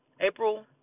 April